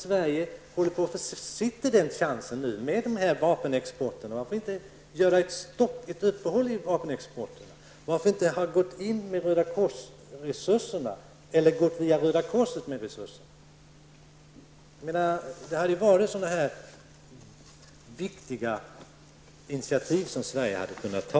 Sverige försitter på grund av vapenexporten dessa chanser. Varför inte göra ett uppehåll i vapenexporten? Varför inte utnyttja Röda korset och ge organisationen resurser? Det är viktiga initiativ som Sverige skulle kunna ta.